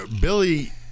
Billy